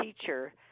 teacher